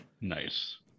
Nice